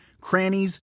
crannies